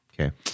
Okay